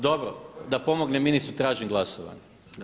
Dobro, da pomognem ministru tražim glasovanje.